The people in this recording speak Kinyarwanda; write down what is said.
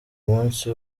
munsi